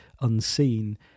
unseen